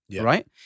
Right